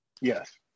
Yes